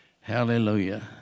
hallelujah